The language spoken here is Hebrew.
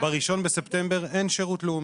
ב-1 בספטמבר אין שירות לאומי,